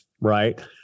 Right